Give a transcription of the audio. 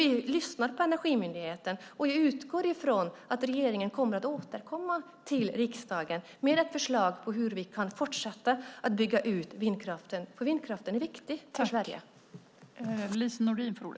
Vi lyssnar på Energimyndigheten, och vi utgår från att regeringen kommer att återkomma till riksdagen med ett förslag på hur vi kan fortsätta att bygga ut vindkraften eftersom vindkraften är viktig för Sverige.